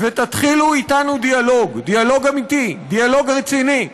ותתחילו אתנו דיאלוג, דיאלוג אמיתי, דיאלוג רציני.